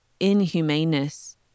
inhumaneness